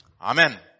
Amen